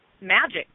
magic